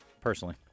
personally